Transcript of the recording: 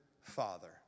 father